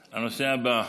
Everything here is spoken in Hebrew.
הבא,